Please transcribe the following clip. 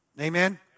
Amen